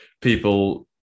people